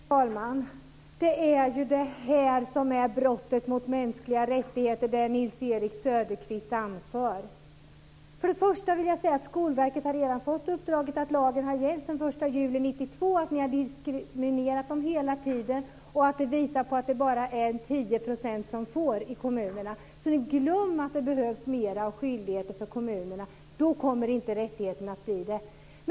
Fru talman! Det är ju det som Nils-Erik Söderqvist anför som är brottet mot mänskliga rättigheter. Först och främst vill jag säga att Skolverket redan har fått uppdraget och att lagen har gällt sedan den 1 juli 1992. Ni har diskriminerat dem hela tiden, och det visar att det är bara 10 % i kommunerna som får detta. Glöm att det behövs mer av skyldigheter för kommunerna! Då kommer inte rättigheterna att bli det.